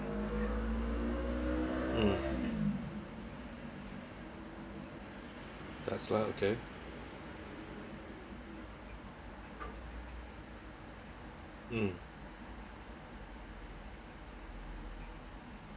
um that's a lot okay um